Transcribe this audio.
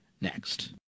next